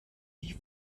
die